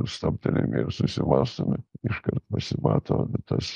stabtelėtime ir susimąstome iškart pasimato tas